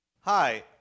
Hi